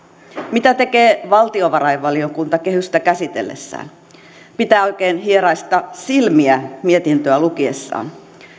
mitä tekee valtiovarainvaliokunta kehystä käsitellessään pitää oikein hieraista silmiä mietintöä lukiessaan